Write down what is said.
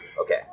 Okay